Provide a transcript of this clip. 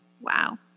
Wow